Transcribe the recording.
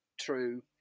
true